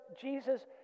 Jesus